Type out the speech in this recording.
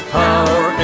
power